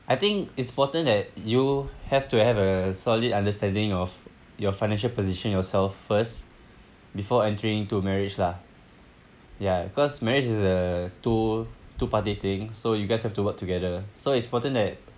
I think it's important that you have to have a solid understanding of your financial position yourself first before entering into marriage lah ya cause marriage is a two two party thing so you guys have to work together so it's important that